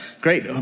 great